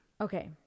Okay